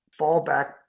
fallback